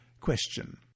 Question